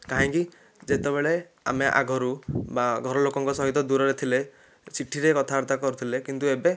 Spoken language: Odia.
କାହିଁକି ଯେତେବେଳେ ଆମେ ଆଗୁରୁ ବା ଘର ଲୋକଙ୍କ ସହିତ ଦୁରରେ ଥିଲେ ଚିଠିରେ କଥାବାର୍ତ୍ତା କରୁଥିଲେ କିନ୍ତୁ ଏବେ